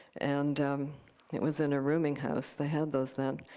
and it was in a rooming house. they had those then.